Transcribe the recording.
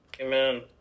Amen